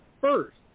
first